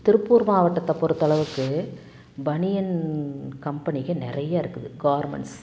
திருப்பூர் மாவட்டத்தை பொருத்தளவுக்கு பனியன் கம்பெனிங்கள் நிறைய இருக்குது கார்மெண்ட்ஸ்